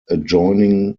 adjoining